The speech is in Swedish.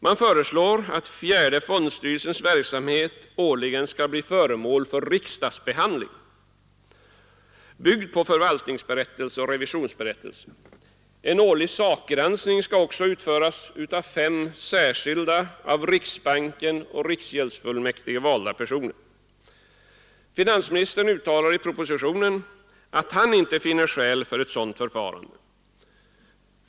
Man föreslår att fjärde fondstyrelsens verksamhet årligen skall bli föremål för riksdagsbehandling, byggd på förvaltningsberättelsen och revisionsberättelsen. En årlig sakgranskning skall också utföras av fem särskilda av riksbanken och riksgäldsfullmäktige valda personer. Finansministern uttalar i propositionen att han inte finner skäl för ett sådant förfarande.